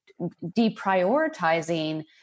deprioritizing